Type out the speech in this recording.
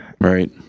Right